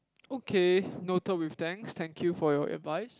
okay noted with thanks thank you for your advice